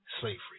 slavery